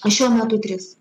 aš šiuo metu tris